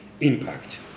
impact